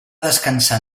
descansar